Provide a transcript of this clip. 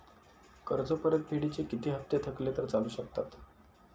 कर्ज परतफेडीचे किती हप्ते थकले तर चालू शकतात?